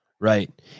right